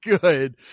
Good